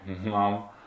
mom